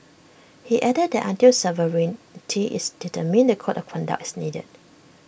he added that until sovereignty is determined the code of conduct is needed